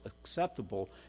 acceptable